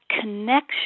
connection